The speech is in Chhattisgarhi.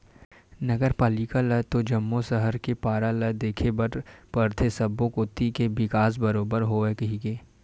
नगर पालिका ल तो जम्मो सहर के पारा ल देखे बर परथे सब्बो कोती के बिकास बरोबर होवय कहिके